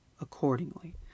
accordingly